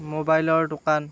মোবাইলৰ দোকান